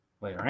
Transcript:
Later